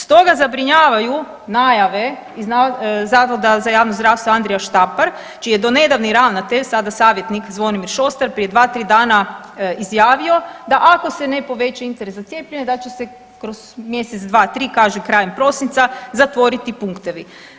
Stoga zabrinjavaju najave iz Zavoda za javno zdravstvo Andrija Štampar čiji je donedavni ravnatelj, sada savjetnik Zvonimir Šostar prije 2-3 dana izjavio da ako se ne poveća interes za cijepljenje da će se kroz mjesec, dva, tri, kaže krajem prosinca zatvoriti punktovi.